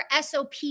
SOP